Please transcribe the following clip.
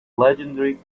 legendary